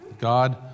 God